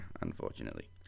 Unfortunately